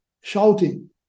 shouting